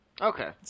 Okay